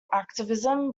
activism